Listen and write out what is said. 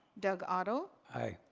doug otto? aye.